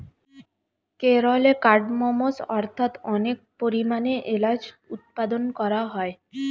কেরলে কার্ডমমস্ অর্থাৎ অনেক পরিমাণে এলাচ উৎপাদন করা হয়